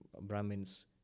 Brahmins